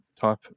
type